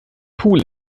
pool